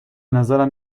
نظرم